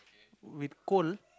with coal